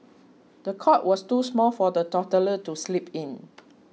the cot was too small for the toddler to sleep in